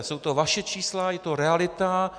Jsou to vaše čísla, je to realita.